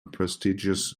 prestigious